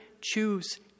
choose